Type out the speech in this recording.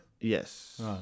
Yes